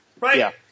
right